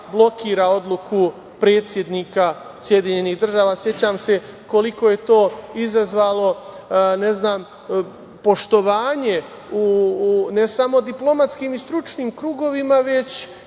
blokira odluku predsednika SAD. Sećam se koliko je to izazvalo poštovanje u ne samo diplomatskim i stručnim krugovima, već